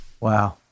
Wow